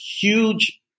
huge